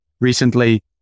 recently